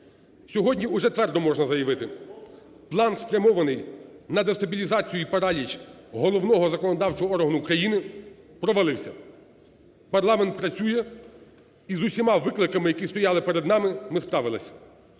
Сьогодні уже твердо можна заявити: план, спрямований на дестабілізацію і параліч головного законодавчого органу країни, провалився. Парламент працює. Із усіма викликами, які стояли перед нами ми справились: